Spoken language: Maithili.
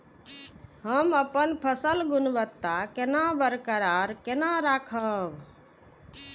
हम अपन फसल गुणवत्ता केना बरकरार केना राखब?